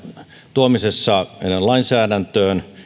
tuomisessa meidän lainsäädäntöön